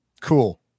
Cool